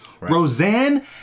Roseanne